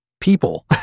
people